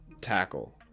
tackle